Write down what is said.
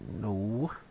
No